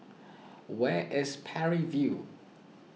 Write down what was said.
where is Parry View